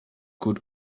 could